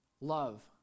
love